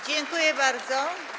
Dziękuję bardzo.